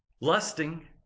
lusting